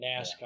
nascar